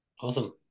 Awesome